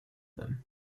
them